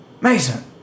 Mason